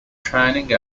training